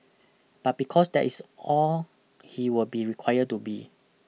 but because that is all he will be require to be